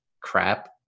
crap